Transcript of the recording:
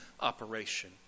operation